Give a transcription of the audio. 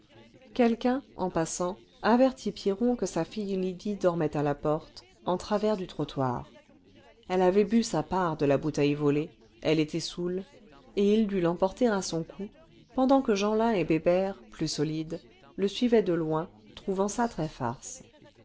quelqu'un en passant avertit pierron que sa fille lydie dormait à la porte en travers du trottoir elle avait bu sa part de la bouteille volée elle était saoule et il dut l'emporter à son cou pendant que jeanlin et bébert plus solides le suivaient de loin trouvant ça très farce